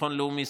ביטחון לאומי,